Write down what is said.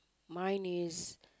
mine is